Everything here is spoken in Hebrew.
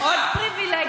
אתה צודק,